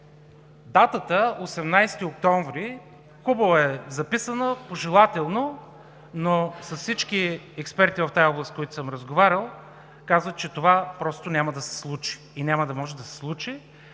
Датата 18 октомври, хубаво е записано, пожелателно, но с всички експерти в тази област, с които съм разговарял, казват, че това просто няма да се случи. Няма да може да се случи